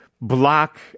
block